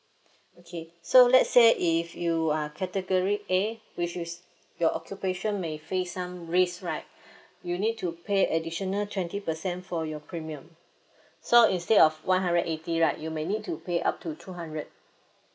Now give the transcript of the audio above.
okay so let's say if you are category A which is your occupation may face some risk right you need to pay additional twenty percent for your premium so instead of one hundred eighty right you may need to pay up to two hundred